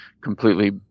completely